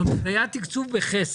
זאת אומרת היה תקצוב בחסר,